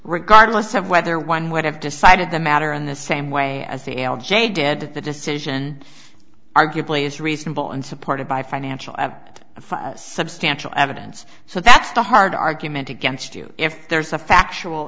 regardless of whether one would have decided the matter in the same way as the l j did the decision arguably is reasonable and supported by financial as a substantial evidence so that's the hard argument against you if there's a factual